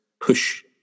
push